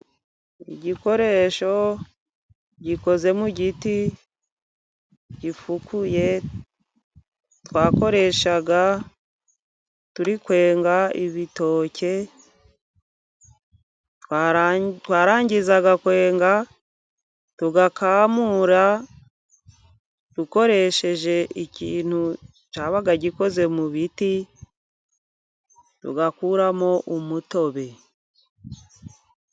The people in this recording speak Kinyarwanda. Igikoresho gikoze mu giti gifukuye twakoreshaga turi kwenga ibitoke, twarangizaga kwenga tugakamura dukoresheje ikintu cyabaga gikoze mu biti, tugakuramo umutobe.